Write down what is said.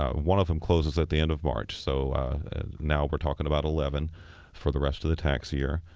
ah one of them closes at the end of march. so now we're talking about eleven for the rest of the tax year,